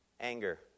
Anger